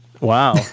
Wow